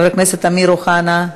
חבר הכנסת אמיר אוחנה,